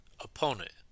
opponent